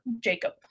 jacob